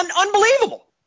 unbelievable